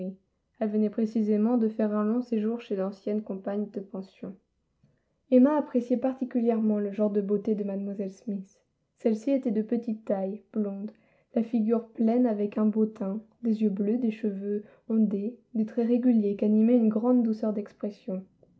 elle venait précisément de faire un long séjour chez d'anciennes compagnes de pension emma appréciait particulièrement le genre de beauté de mlle smith celle-ci était de petite taille blonde la figure pleine avec un beau teint des yeux bleus des cheveux ondés des traits réguliers qu'animait une grande douceur d'expression